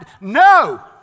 no